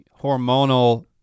hormonal